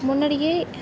முன்னாடியே